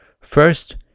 First